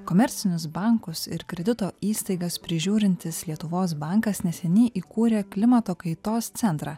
komercinius bankus ir kredito įstaigas prižiūrintis lietuvos bankas neseniai įkūrė klimato kaitos centrą